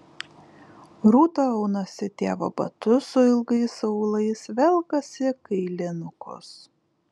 rūta aunasi tėvo batus su ilgais aulais velkasi kailinukus